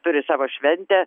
turi savo šventę